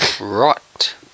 Right